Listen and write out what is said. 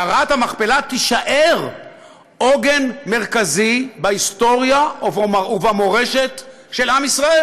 מערת המכפלה תישאר עוגן מרכזי בהיסטוריה ובמורשת של עם ישראל.